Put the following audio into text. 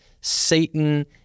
Satan